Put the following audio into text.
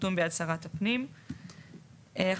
החתום ביד שרת הפנים ביום ____________